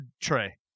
tray